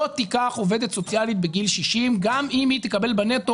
לא תיקח עובדת סוציאלית בגיל 60 גם אם היא תקבל בנטו